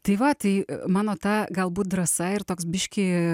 tai va tai mano ta galbūt drąsa ir toks biškį